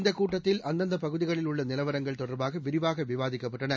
இந்தக் கூட்டத்தில் அந்தந்த பகுதிகளில் உள்ள நிலவரங்கள் தொடர்பாக விரிவாக விவாதிக்கப்பட்டன